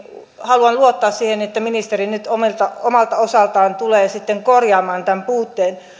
haluan luottaa siihen että ministeri nyt omalta omalta osaltaan tulee sitten korjaamaan tämän puutteen